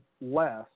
less